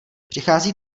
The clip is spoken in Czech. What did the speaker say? přichází